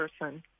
person